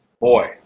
boy